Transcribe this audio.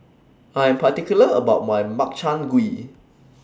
I Am particular about My Makchang Gui